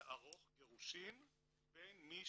לערוך גירושין בין מי